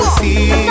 see